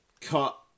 cut